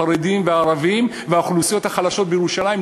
החרדים והערבים והאוכלוסיות החלשות בירושלים,